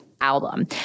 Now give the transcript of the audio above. album